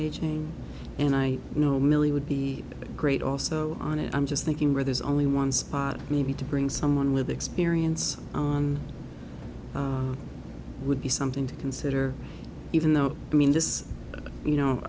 aging and i know millie would be great also on it i'm just thinking where there's only one spot maybe to bring someone with experience on would be something to consider even though i mean this you know